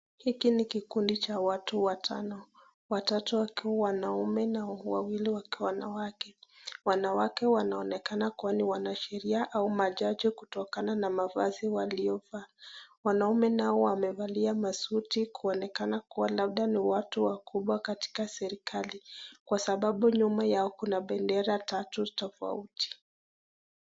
Hiki ni kikundi cha watu watano, watatu wakiwa wanaume na wawili wakiwa wanawake. Wanawake wanaonekana kuwa ni wanasheria ama majaji kutokana na mavazi waliovaa wanaume nao wamevalia masuti kuonekana kuwa labda ni watu wakubwa katika serekali kwa sababu nyuma yao kuna bendera tatu tofauti.